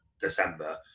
December